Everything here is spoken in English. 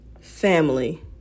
Family